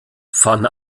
van